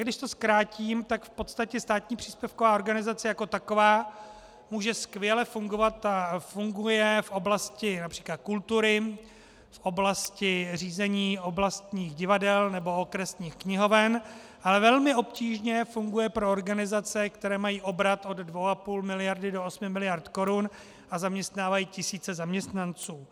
Když to zkrátím, tak v podstatě státní příspěvková organizace jako taková může skvěle fungovat a funguje v oblasti například kultury, v oblasti řízení oblastních divadel nebo okresních knihoven, ale velmi obtížně funguje pro organizace, které mají obrat od 2,5 do 8 miliard korun a zaměstnávají tisíce zaměstnanců.